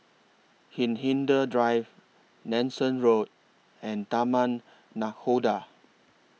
Hindhede Drive Nanson Road and Taman Nakhoda